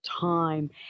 time